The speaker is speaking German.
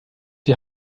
die